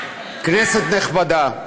כנסת נכבדה,